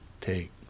take